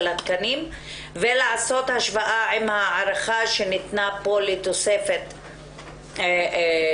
התקנים ולעשות השוואה עם ההערכה שניתנה פה לתוספת תקציבית.